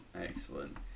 excellent